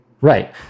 Right